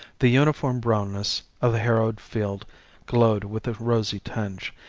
the uniform brownness of the harrowed field glowed with a rosy tinge,